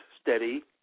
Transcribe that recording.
steady